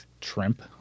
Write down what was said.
shrimp